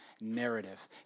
narrative